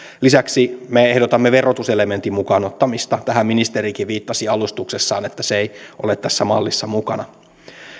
lisäksi me ehdotamme verotuselementin mukaan ottamista tähän ministerikin viittasi alustuksessaan että se ei ole tässä mallissa mukana